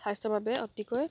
স্বাস্থ্য বাবে অতিকৈ